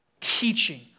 teaching